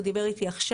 הוא דיבר איתי עכשיו.